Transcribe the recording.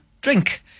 drink